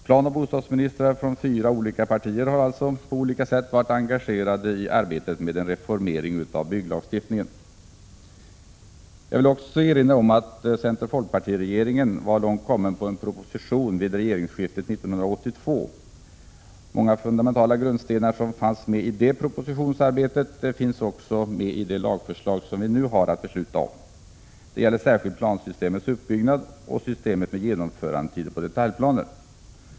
Planoch bostadsministrar från fyra olika partier har således på olika sätt varit engagerade i arbetet med en reformering av bygglagstiftningen. Jag vill också erinra om att center—folkparti-regeringen hade kommit långt i arbetet på en proposition vid regeringsskiftet 1982. Många fundamentala grundstenar som fanns med i det propositionsarbetet finns också med i det lagförslag vi nu har att besluta om. Det gäller särskilt plansystemets uppbyggnad och systemet med genomförandetider för detaljplaner.